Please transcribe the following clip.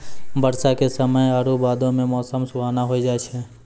बरसा के समय आरु बादो मे मौसम सुहाना होय जाय छै